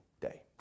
day